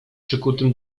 przykutym